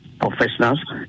professionals